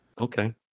Okay